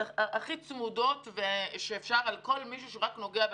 הכי צמודים שאפשר על כל מי שרק נוגע בכסף,